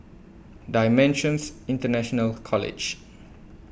DImensions International College